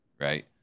right